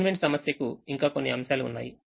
assignment సమస్యకు ఇంకా కొన్ని అంశాలు ఉన్నాయి